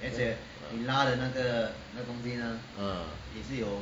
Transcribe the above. ah ah